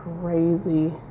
crazy